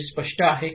हे स्पष्ट आहे का